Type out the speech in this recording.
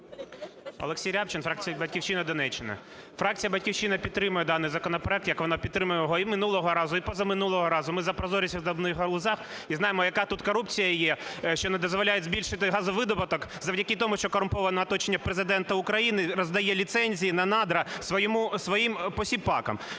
Олексій Рябчин, фракція "Батьківщина", Донеччина. Фракція "Батьківщина" підтримує даний законопроект, як вона підтримувала його і минулого разу, і позаминулого разу. Ми за прозорість у видобувних галузях, і знаємо, яка тут корупція є, що не дозволяє збільшити газовидобуток завдяки тому, що корумповане оточення Президента України роздає ліцензії на надра своїм посіпакам.